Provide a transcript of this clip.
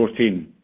14